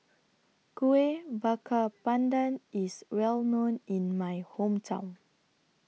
Kueh Bakar Pandan IS Well known in My Hometown